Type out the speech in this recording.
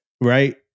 right